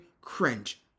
cringe